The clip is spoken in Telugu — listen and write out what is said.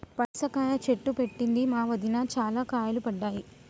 పనస కాయల చెట్టు పెట్టింది మా వదిన, చాల కాయలు పడ్డాయి